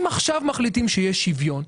אם עכשיו מחליטים שיש שוויון,